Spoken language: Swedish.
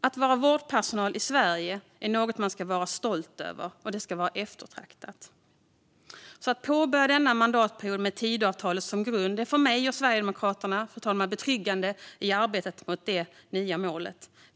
Att vara vårdpersonal i Sverige är något man ska vara stolt över - det ska vara eftertraktat. Att påbörja denna mandatperiod med Tidöavtalet som grund är för mig och Sverigedemokraterna betryggande i arbetet mot detta nya mål, fru talman.